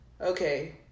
okay